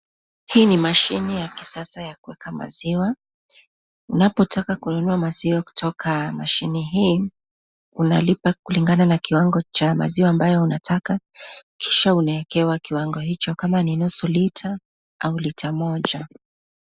Hii ni machine ya kisasa ya kueka maziwa, unapotaka kununua maziwa kutoka machine hii, unalipa kulingana na kiwango cha maziwa ambayo unataka, kisha unaekewa kiwango hicho, kama ni nusu litre au litre moja.